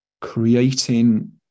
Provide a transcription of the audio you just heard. creating